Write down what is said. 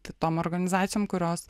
kitom organizacijom kurios